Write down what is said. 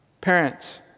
Parents